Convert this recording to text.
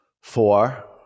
four